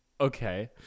Okay